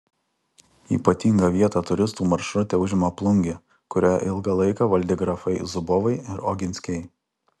ypatingą vietą turistų maršrute užima plungė kurią ilgą laiką valdė grafai zubovai ir oginskiai